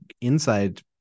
inside